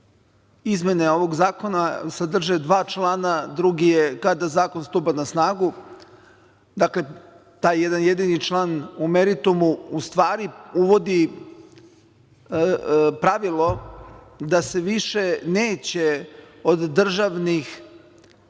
Hvala. Izmene ovog zakona sadrže dva člana, drugi je kada zakon stupa na snagu. Dakle, taj jedan jedini član u meritumu u stvari uvodi pravilo da se više neće od državnih